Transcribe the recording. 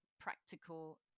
practical